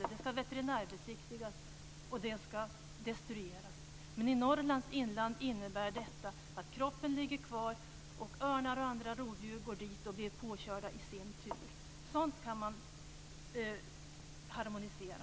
Kroppen ska veterinärbesiktigas och destrueras. Men i Norrlands inland innebär detta att kroppen ligger kvar och örnar och andra rovdjur tar sig dit och blir påkörda i sin tur. Sådant kan man harmonisera.